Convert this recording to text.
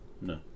No